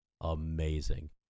amazing